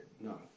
No